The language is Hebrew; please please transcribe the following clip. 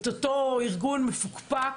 את אותו ארגון מפוקפק,